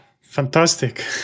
fantastic